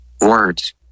Words